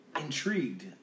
intrigued